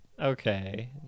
Okay